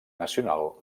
nacional